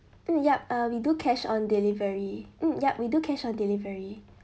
mm yup uh we do cash on delivery mm yup we do cash on delivery